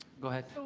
go head.